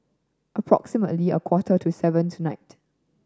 approximately a quarter to seven tonight